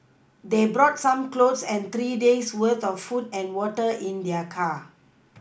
they brought some clothes and three days' worth of food and water in their car